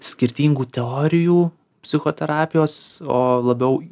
skirtingų teorijų psichoterapijos o labiau